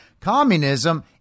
Communism